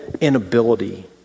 inability